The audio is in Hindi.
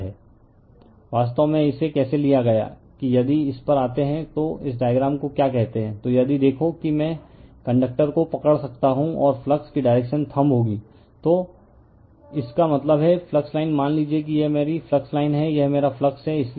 रिफर स्लाइड टाइम 1744 वास्तव में इसे कैसे लिया गया है कि यदि इस पर आते हैं तो इस डायग्राम को क्या कहते हैं तो यदि देखो कि मैं कंडक्टर को पकड़ सकता हूं और फ्लक्स की डायरेक्शन थम्ब होगी तो इसका मतलब है फ्लक्स लाइन मान लीजिए यह मेरी फ्लक्स लाइन है यह मेरा फ्लक्स है